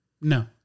No